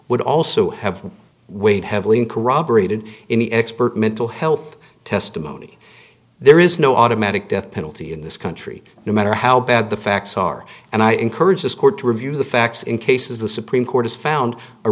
would also have weighed heavily in corroborated in the expert mental health testimony there is no automatic death penalty in this country no matter how bad the facts are and i encourage this court to review the facts in cases the supreme court has found a